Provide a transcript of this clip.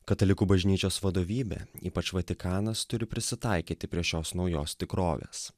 katalikų bažnyčios vadovybė ypač vatikanas turi prisitaikyti prie šios naujos tikrovės